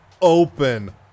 open